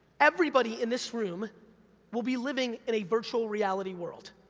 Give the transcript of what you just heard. everybody in this room will be living in a virtual reality world,